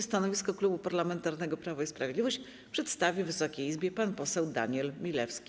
Stanowisko Klubu Parlamentarnego Prawo i Sprawiedliwość przedstawi Wysokiej Izbie pan poseł Daniel Milewski.